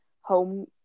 home